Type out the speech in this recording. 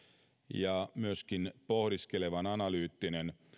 ja myöskin pohdiskelevan analyyttinen